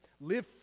Live